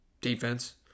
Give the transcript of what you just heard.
defense